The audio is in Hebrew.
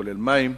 כולל מים.